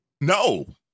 No